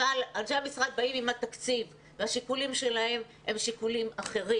אבל אנשי המשרד באים עם התקציב והשיקולים שלהם הם שיקולים אחרים.